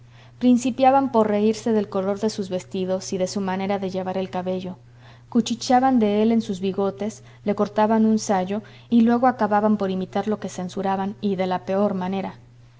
principiaban por reirse del color de sus vestidos y de su manera de llevar el cabello cuchicheaban de él en sus bigotes le cortaban un sayo y luego acababan por imitar lo que censuraban y de la peor manera